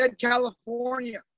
California